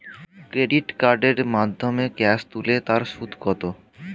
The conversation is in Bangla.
ক্রেডিট কার্ডের মাধ্যমে ক্যাশ তুলে তার সুদ কত?